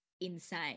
insane